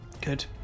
Good